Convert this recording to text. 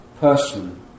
person